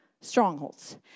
strongholds